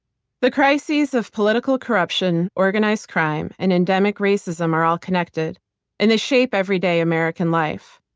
the crises of political corruption, organized crime and endemic racism are all connected and they shape everyday american life.